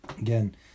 Again